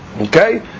Okay